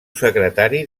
secretari